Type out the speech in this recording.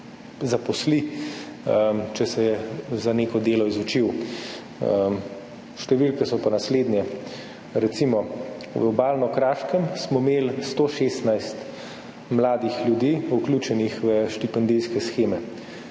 zaposli, če se je za neko delo izučil. Številke so pa naslednje, recimo, na Obalno-kraškem smo imeli 116 mladih ljudi vključenih v štipendijske sheme,